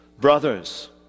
brothers